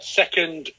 second